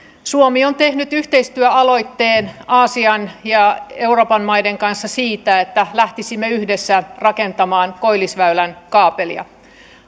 suomi on tehnyt yhteistyöaloitteen aasian ja euroopan maiden kanssa siitä että lähtisimme yhdessä rakentamaan koillisväylän kaapelia